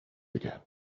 again